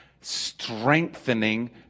strengthening